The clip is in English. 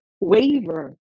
waver